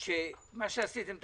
שמה שעשיתם,